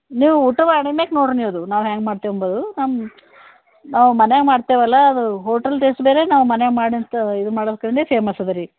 ನೀವು ಊಟ ಮಾಡಿಮ್ಯಾಕೆ ನೋಡಿರಿ ನಿಮ್ಮದು ನಾವು ಹ್ಯಾಂಗೆ ಮಾಡ್ತೇವೆ ಅಂಬೋದು ನಮ್ಮ ನಾವು ಮನೇಗೆ ಮಾಡ್ತೇವಲ್ಲಾ ಅದು ಹೋಟಲ್ ಟೆಸ್ಟ್ ಬೇರೆ ನಾವು ಮನ್ಯಾಗೆ ಮಾಡೋಂತ ಇದು ಮಾಡೋಕೇನೆ ಫೇಮಸ್ ಅದೆ ರೀ